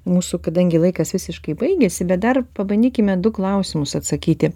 mūsų kadangi laikas visiškai baigėsi bet dar pabandykime du klausimus atsakyti